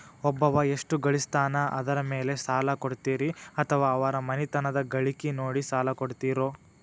ಒಬ್ಬವ ಎಷ್ಟ ಗಳಿಸ್ತಾನ ಅದರ ಮೇಲೆ ಸಾಲ ಕೊಡ್ತೇರಿ ಅಥವಾ ಅವರ ಮನಿತನದ ಗಳಿಕಿ ನೋಡಿ ಸಾಲ ಕೊಡ್ತಿರೋ?